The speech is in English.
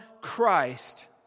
Christ